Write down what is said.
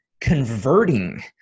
converting